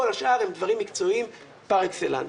כל השאר הם דברים מקצועיים פר אקסלנס.